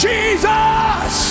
Jesus